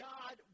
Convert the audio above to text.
God